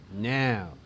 Now